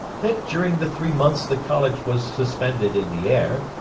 that during the three months the college was suspended in the air,